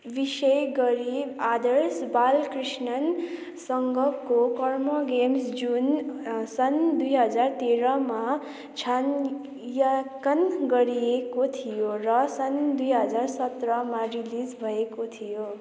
विशेष गरी आदर्श बालकृष्णनसँगको कर्मा गेम्स जुन सन् दुई हजार तेह्रमा छायाङ्कन गरिएको थियो र सन् दुई हजार सत्रमा रिलिज भएको थियो